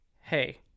Hey